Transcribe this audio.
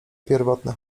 pierwotny